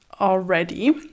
already